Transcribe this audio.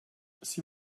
sie